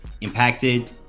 impacted